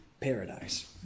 paradise